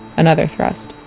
another thrust.